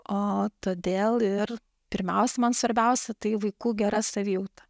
o todėl ir pirmiausia man svarbiausia tai vaikų gera savijauta